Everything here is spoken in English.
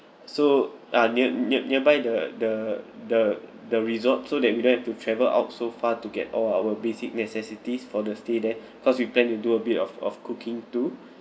so ah near near nearby the the the the resort so that we don't have to travel out so far to get all our basic necessities for the stay there cause we plan to do a bit of of cooking too